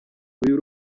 uyu